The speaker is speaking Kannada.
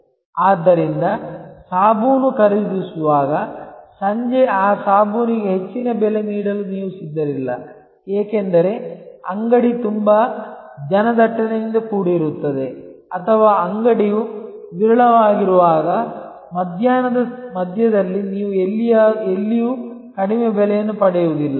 ಆದ್ದರಿಂದ ಸಾಬೂನು ಖರೀದಿಸುವಾಗ ಸಂಜೆ ಆ ಸಾಬೂನಿಗೆ ಹೆಚ್ಚಿನ ಬೆಲೆ ನೀಡಲು ನೀವು ಸಿದ್ಧರಿಲ್ಲ ಏಕೆಂದರೆ ಅಂಗಡಿ ತುಂಬಾ ಜನದಟ್ಟಣೆಯಿಂದ ಕೂಡಿರುತ್ತದೆ ಅಥವಾ ಅಂಗಡಿಯು ವಿರಳವಾಗಿರುವಾಗ ಮಧ್ಯಾಹ್ನದ ಮಧ್ಯದಲ್ಲಿ ನೀವು ಎಲ್ಲಿಯೂ ಕಡಿಮೆ ಬೆಲೆಯನ್ನು ಪಡೆಯುವುದಿಲ್ಲ